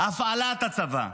הפעלת הצבא,